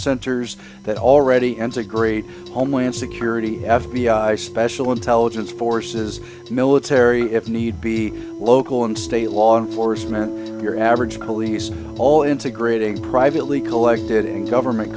centers that already ends agree homeland security f b i special intelligence forces military if need be local and state law enforcement your average police all integrating privately collected in government